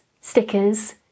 stickers